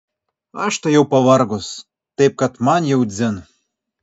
aš tai jau pavargus taip kad man jau dzin